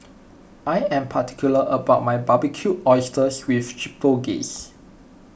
I am particular about my Barbecued Oysters with Chipotle Glaze